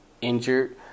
injured